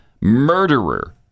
murderer